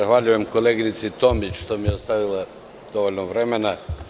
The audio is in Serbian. Zahvaljujem koleginici Tomić što mi je ostavila dovoljno vremena.